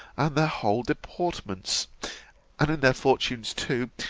and their whole deportments and in their fortunes too,